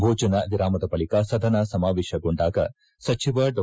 ಭೋಜನ ವಿರಾಮದ ಬಳಕ ಸದನ ಸಮಾವೇಶಗೊಂಡಾಗ ಸಚಿವ ಡಾ